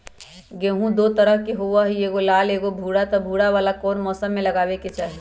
गेंहू दो तरह के होअ ली एगो लाल एगो भूरा त भूरा वाला कौन मौसम मे लगाबे के चाहि?